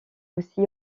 aussi